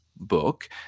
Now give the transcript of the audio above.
Book